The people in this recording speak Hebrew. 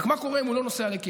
רק מה קורה אם הוא לא נוסע לכנס?